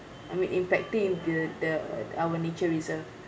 I mean impacting the the our nature reserve